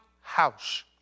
house